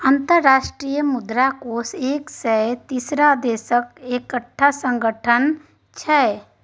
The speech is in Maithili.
अंतर्राष्ट्रीय मुद्रा कोष एक सय तीस देशक एकटा संगठन छै